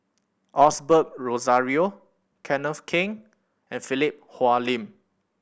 Osbert Rozario Kenneth Keng and Philip Hoalim